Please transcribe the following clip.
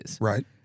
Right